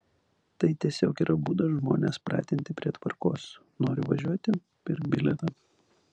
tai tiesiog yra būdas žmones pratinti prie tvarkos nori važiuoti pirk bilietą